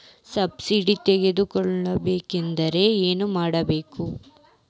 Subsidy ತಗೊಬೇಕಾದರೆ ಏನು ಮಾಡಬೇಕು?